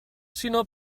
sinó